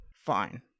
Fine